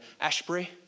Ashbury